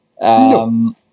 No